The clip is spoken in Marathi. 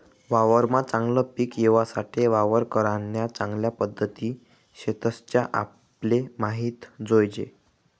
वावरमा चागलं पिक येवासाठे वावर करान्या चांगल्या पध्दती शेतस त्या आपले माहित जोयजे